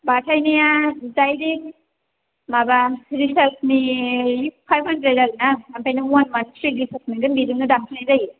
बाथायनाया direct माबा रिसार्जनि five hundred आरोना ओमफ्राय नों वान मान्थ फ्रि रिसार्ज मोनगोन बेजोंनो दानफानाय जायो